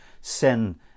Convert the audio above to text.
sin